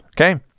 okay